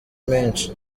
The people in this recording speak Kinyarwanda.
menshi